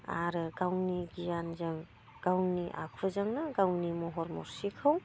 आरो गावनि गियानजों गावनि आखुजोंनो गावनि महर मुस्रिखौ